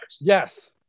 Yes